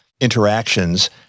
interactions